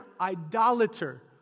idolater